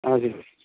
हजुर